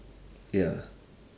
ya